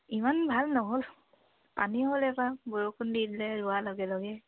ইমান ভাল নহ'ল পানী হ'লে এইবাৰ বৰষুণ দি দিলে ৰোৱাৰ লগে লগে